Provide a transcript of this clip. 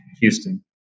Houston